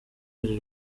iri